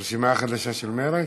הרשימה החדשה של מרצ?